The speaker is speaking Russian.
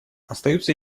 остаются